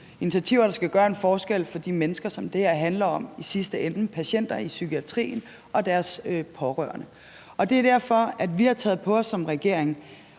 initiativer, der skal gøre en forskel for de mennesker, som det her handler om, og som i sidste ende er patienter i psykiatrien og deres pårørende. Det er derfor, vi som regering